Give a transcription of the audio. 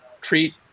treat